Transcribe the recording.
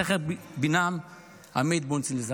לזכר בנם עמית בונצל,